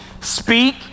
speak